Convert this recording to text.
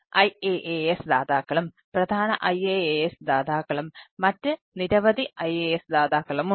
IaaS ദാതാക്കളും പ്രധാന IaaS ദാതാക്കളും മറ്റ് നിരവധി IaaS ദാതാക്കളുമുണ്ട്